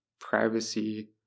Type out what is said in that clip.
privacy